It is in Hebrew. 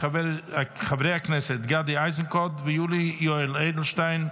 של חברי הכנסת גדי איזנקוט ויולי יואל אדלשטיין.